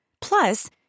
Plus